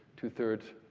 two thirds,